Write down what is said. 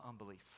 unbelief